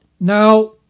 Now